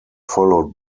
followed